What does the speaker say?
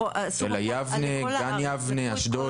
של יבנה, גן יבנה, אשדוד.